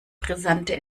brisante